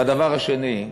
והדבר השני,